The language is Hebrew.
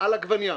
על עגבנייה.